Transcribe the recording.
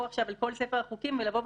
עכשיו על כל ספר החוקים ולבוא ולהגיד: